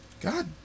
god